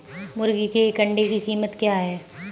मुर्गी के एक अंडे की कीमत क्या है?